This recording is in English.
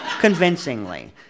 convincingly